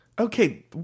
Okay